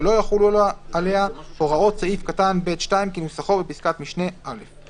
ולא יחולו עליה הוראות סעיף קטן (ב)(2) כנוסחו בפסקת משנה (א);